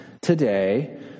today